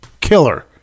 killer